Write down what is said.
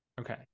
Okay